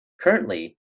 Currently